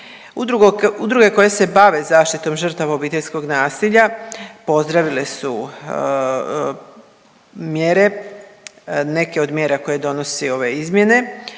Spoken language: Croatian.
Udruge koje se bave zaštitom žrtava obiteljskog nasilja pozdravile su mjere, neke od mjera koje donosi ove izmjene.